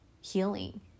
healing